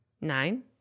nine